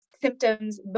symptoms